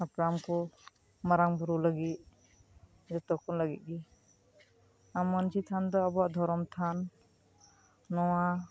ᱦᱟᱯᱲᱟᱢ ᱠᱚ ᱢᱟᱨᱟᱝ ᱵᱩᱨᱩ ᱞᱟᱜᱤᱫ ᱡᱷᱚᱛᱚ ᱠᱚ ᱞᱟᱜᱤᱫ ᱜᱮ ᱢᱟᱡᱷᱤ ᱛᱷᱟᱱ ᱫᱚ ᱟᱵᱚᱣᱟᱜ ᱫᱷᱚᱨᱚᱢ ᱛᱷᱟᱱ ᱱᱚᱶᱟ